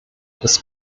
des